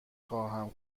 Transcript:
خواهم